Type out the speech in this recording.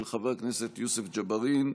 של חבר הכנסת יוסף ג'בארין,